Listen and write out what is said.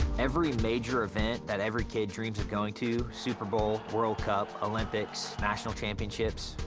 every major event that every kid dreams of going to, super bowl, world cup, olympics, national championships,